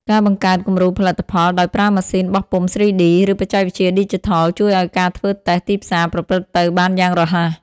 ការបង្កើតគំរូផលិតផល ដោយប្រើម៉ាស៊ីនបោះពុម្ព 3D ឬបច្ចេកវិទ្យាឌីជីថល ជួយឱ្យការធ្វើតេស្តទីផ្សារប្រព្រឹត្តទៅបានយ៉ាងរហ័ស។